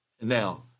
Now